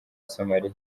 somalia